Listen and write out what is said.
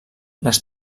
les